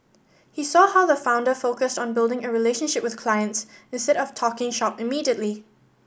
he saw how the founder focused on building a relationship with clients instead of talking shop immediately